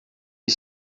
est